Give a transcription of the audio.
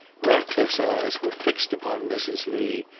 ratcliffe's eyes were fixed upon mrs. lee,